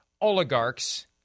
oligarchs